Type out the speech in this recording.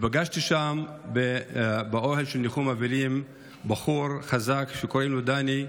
פגשתי שם באוהל של ניחום האבלים בחור חזק שקוראים לו דני,